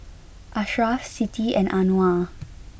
Ashraff Siti and Anuar